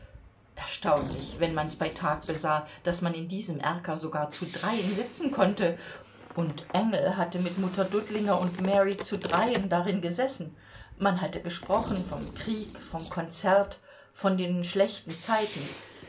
erstaunlich wenn man's bei tag besah daß man in diesem erker sogar zu dreien sitzen konnte und engel hatte mit mutter dudlinger und mary zu dreien darin gesessen man hatte gesprochen vom krieg vom konzert von den schlechten zeiten